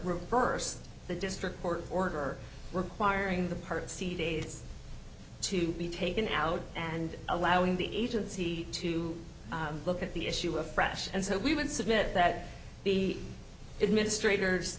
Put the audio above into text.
reversed the district court order requiring the part c d s to be taken out and allowing the agency to look at the issue afresh and so we would submit that the administrators